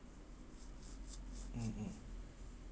mm mm